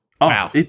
Wow